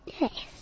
Yes